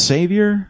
Savior